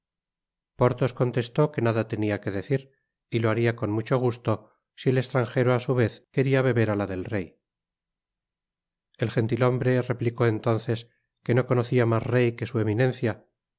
porthos contestó que nada tenia que decir y lo haria con mucho gusto si el estranjero á su vez quería beber á la del rey el gentithombre replico entonces que no conocía mas rey que su eminencia